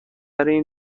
این